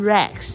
Rex